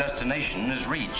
destination is rea